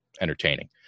entertaining